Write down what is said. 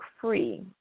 free